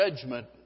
judgment